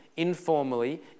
informally